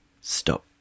Stop